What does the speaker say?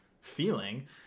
feeling